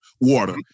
water